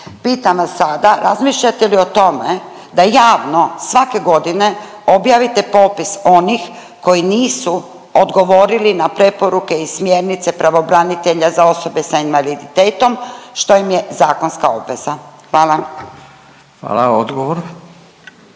Pitam vas sada razmišljate li o tome da javno svake godine objavite popis onih koji nisu odgovorili na preporuke i smjernice pravobranitelja za osobe s invaliditetom što im je zakonska obveza? Hvala. **Radin,